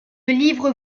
livre